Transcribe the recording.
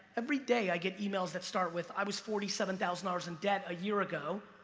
every day i get emails that start with i was forty seven thousand dollars in debt a year ago,